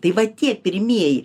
tai va tie pirmieji